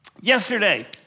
Yesterday